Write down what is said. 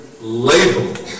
label